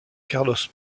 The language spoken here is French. carlos